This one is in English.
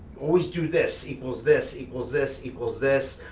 always do this equals this equals this equals this,